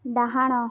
ଡାହାଣ